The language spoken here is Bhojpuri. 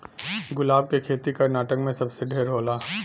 गुलाब के खेती कर्नाटक में सबसे ढेर होला